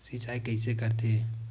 सिंचाई कइसे करथे?